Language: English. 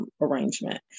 arrangement